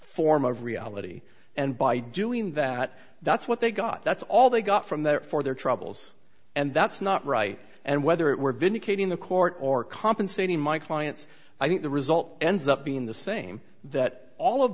form of reality and by doing that that's what they got that's all they got from their for their troubles and that's not right and whether it were vindicating the court or compensating my clients i think the result ends up being the same that all of